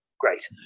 great